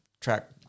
track